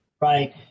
right